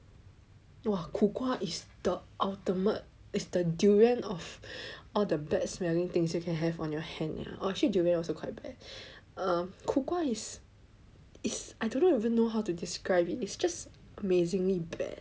!wah! 苦瓜 is the ultimate is the durian of all the bad smelling things you can have on your hand uh actually durian also quite bad err 苦瓜 is it's I don't even know how to describe it it's just amazingly bad